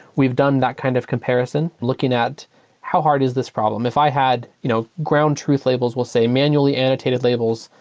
we've done that kind of comparison. looking at how hard is this problem. if i had you know ground truth labels, we'll say, manually annotated labels.